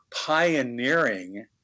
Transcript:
pioneering